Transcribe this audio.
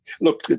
Look